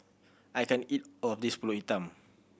I can't eat of this Pulut Hitam